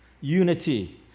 Unity